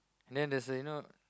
then there's a you know